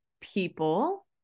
people